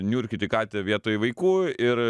niurkyti katę vietoj vaikų ir